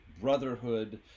Brotherhood